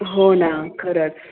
हो ना खरंच